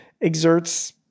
exerts